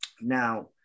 now